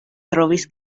trovis